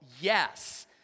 Yes